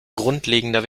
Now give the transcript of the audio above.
grundlegender